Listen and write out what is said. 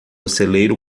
celeiro